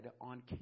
on